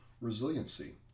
resiliency